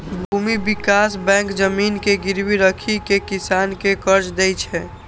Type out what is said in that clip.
भूमि विकास बैंक जमीन के गिरवी राखि कें किसान कें कर्ज दै छै